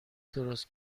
درست